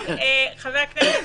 חבר הכנסת כסיף,